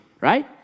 right